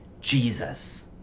Jesus